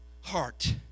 heart